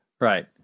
right